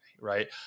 Right